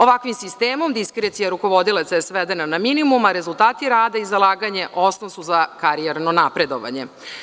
Ovakvim sistemom, diskrecija rukovodioca je svedena na minimum, a rezultati rada i zalaganja, osnov su za karijerno napredovanje.